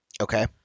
Okay